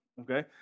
Okay